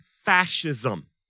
fascism